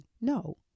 No